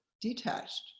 detached